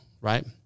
right